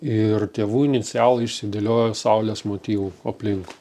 ir tėvų inicialai išsidėliojo saulės motyvu aplink